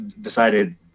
decided